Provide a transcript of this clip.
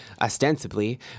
ostensibly